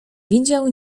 widział